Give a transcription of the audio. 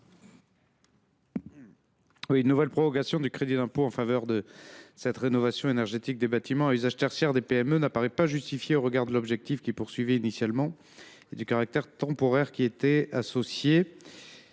Une nouvelle prorogation du crédit d’impôt en faveur de la rénovation énergétique des bâtiments à usage tertiaire des PME n’apparaît pas justifiée au regard de l’objectif qu’il visait initialement et du caractère temporaire qui y était associé.